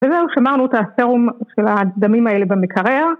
וזהו, שמרנו את הסרום של הדמים האלה במקרר.